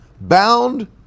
bound